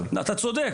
אתה צודק.